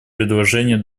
предложения